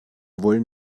wollen